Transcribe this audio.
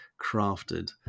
crafted